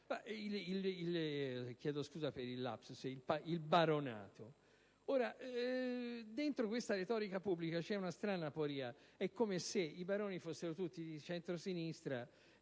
che smonta il baronato. Ora, dentro questa retorica pubblica c'è una strana aporia: è come se i baroni fossero tutti di centrosinistra